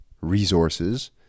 resources